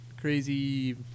crazy